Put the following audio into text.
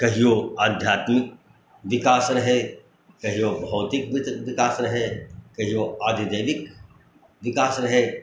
कहियो आध्यात्मिक विकास रहै कहियो भौतिक विकास रहै कहियो आदिदेवीक विकास रहै